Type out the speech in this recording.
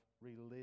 religion